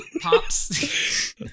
Pops